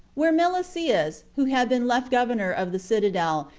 where milesius, who had been left governor of the citadel,